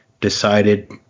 decided